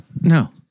No